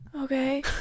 okay